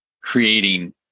creating